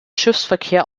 schiffsverkehr